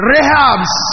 Rehabs